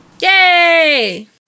Yay